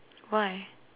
why